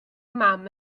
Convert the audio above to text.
mam